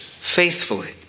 faithfully